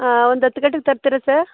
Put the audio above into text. ಹಾಂ ಒಂದು ಹತ್ತು ಗಂಟೆಗೆ ತರ್ತೀರಾ ಸರ್